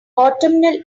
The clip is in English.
autumnal